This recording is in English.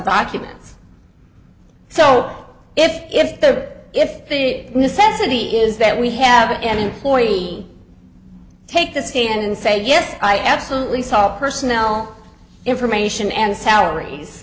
documents so if the if the necessity is that we have an employee take the stand and say yes i absolutely saw personnel information and salaries